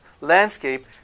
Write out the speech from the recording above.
landscape